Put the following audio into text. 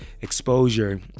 exposure